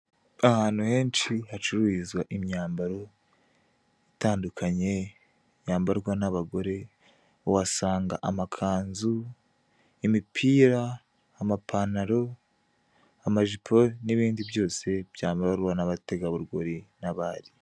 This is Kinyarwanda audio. Ahantu henshi hacururizwa imyambaro itandukanye yambarwa n'abagore uhasanga amakanzu, imipira, amapantaro, amajipo n'ibindi byose byambarwa n'abategarugori n'abari.